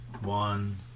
one